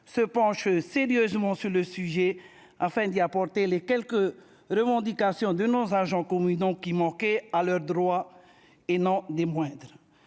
se penche sérieusement sur le sujet, afin de répondre aux quelques revendications de nos agents communaux, qui manquaient de certains droits, et non des moindres.